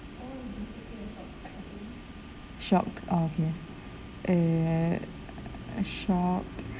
shock okay err shock